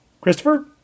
Christopher